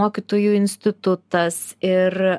mokytojų institutas ir